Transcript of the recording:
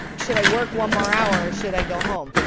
should i work one more hour? should i go home?